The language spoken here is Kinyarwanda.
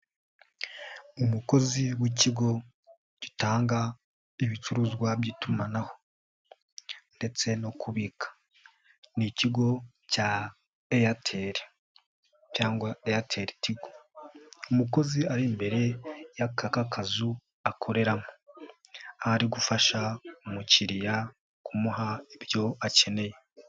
Umukozi w'ikigo gitanga ibicuruzwa by'itumanaho ndetse no kubika, ni ikigo cya Airtel cyangwa Airtel Tigo, umukozi ari imbere y'aka kazu akoreramo, aho ari gufasha umukiriya kumuha ibyo akeneye.